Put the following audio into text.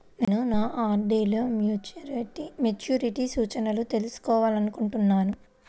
నేను నా ఆర్.డీ లో మెచ్యూరిటీ సూచనలను తెలుసుకోవాలనుకుంటున్నాను